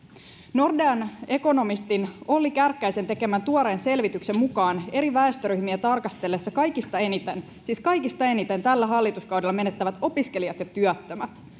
nordean ekonomisti olli kärkkäisen tekemän tuoreen selvityksen mukaan eri väestöryhmiä tarkastellessa kaikista eniten siis kaikista eniten tällä hallituskaudella menettävät opiskelijat ja työttömät